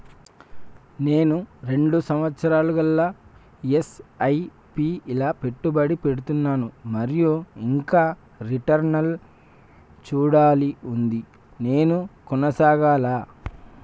నేను రెండు సంవత్సరాలుగా ల ఎస్.ఐ.పి లా పెట్టుబడి పెడుతున్నాను మరియు ఇంకా రిటర్న్ లు చూడాల్సి ఉంది నేను కొనసాగాలా?